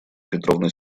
петровна